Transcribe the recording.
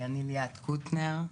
אני ליאת קוטנר.